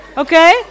Okay